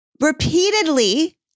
Repeatedly